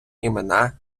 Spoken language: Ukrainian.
імена